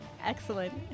Excellent